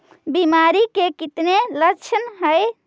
बीमारी के कितने लक्षण हैं?